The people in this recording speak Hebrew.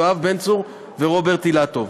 יואב בן צור ורוברט אילטוב.